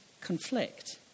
conflict